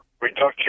reduction